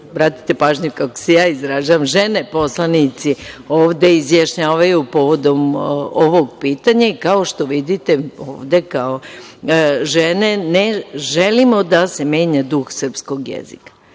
obratite pažnju kako se ja izražavam, žene poslanici ovde izjašnjavaju povodom ovog pitanja i kao što vidite ovde kao žene ne želimo da se menja duh srpskog jezika. Ono